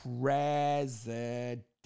president